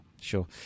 sure